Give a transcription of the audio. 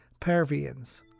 parvians